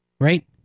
right